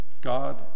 God